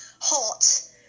hot